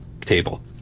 table